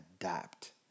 adapt